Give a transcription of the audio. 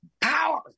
power